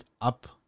up